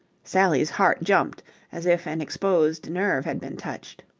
sally's heart jumped as if an exposed nerve had been touched.